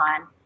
on